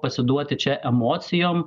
pasiduoti čia emocijom